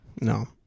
no